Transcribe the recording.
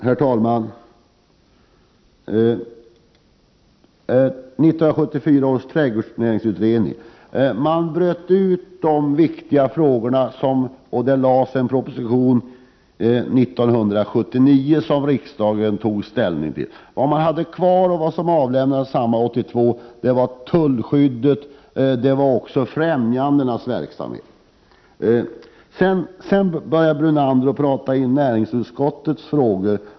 Herr talman! När det gäller 1974 års trädgårdsnäringsutredning bröt man ut de viktiga frågorna. 1979 lade man fram en proposition för riksdagens ställningstagande. Det man hade kvar och det som presenterades 1982 gällde tullskyddet och främjandeverksamheten. Lennart Brunander kom in på näringsutskottets frågor.